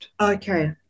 Okay